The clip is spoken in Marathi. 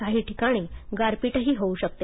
काही ठिकाणी गारपीटही होऊ शकते